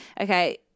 Okay